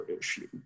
issue